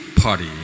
party